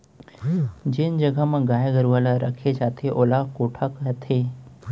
जेन जघा म गाय गरूवा ल रखे जाथे ओला कोठा कथें